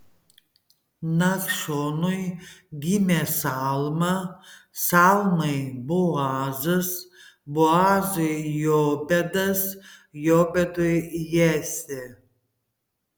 nachšonui gimė salma salmai boazas boazui jobedas jobedui jesė